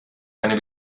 eine